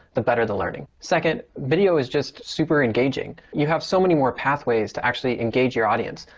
the better the learning. second video is just super engaging. you have so many more pathways to actually engage your audience,